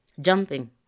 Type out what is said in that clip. Jumping